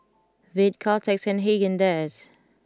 Veet Caltex and Haagen Dazs